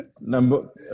Number